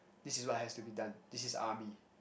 this is what has to be done this is army